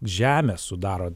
žemė sudaro